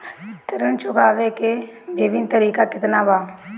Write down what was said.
ऋण चुकावे के विभिन्न तरीका केतना बा?